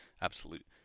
absolute